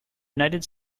united